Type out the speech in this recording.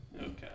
okay